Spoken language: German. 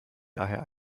daher